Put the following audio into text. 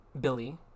Billy